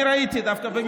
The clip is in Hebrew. אני דווקא ראיתי.